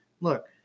look